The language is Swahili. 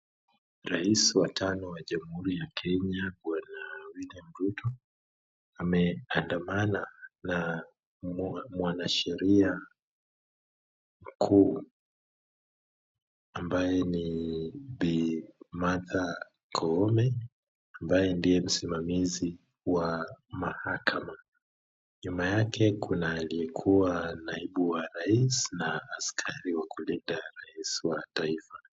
Rais wa tano wa jamuhuri ya Kenya Bwana William Ruto ameandamana na mwanasheria mkuu ambaye ni Bi Martha Koome, ambaye ndiye msimamizi wa mahakama. Nyuma yake kuna aliyekuwa naibu wa rais na askari wa kulinda rais wa taifa.